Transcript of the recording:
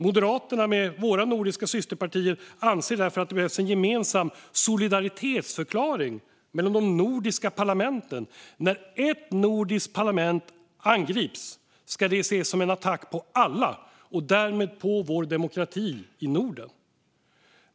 Moderaterna och våra nordiska systerpartier anser därför att det behövs en gemensam solidaritetsförklaring mellan de nordiska parlamenten. När ett nordiskt parlament angrips ska det ses som en attack på alla och därmed på vår demokrati i Norden.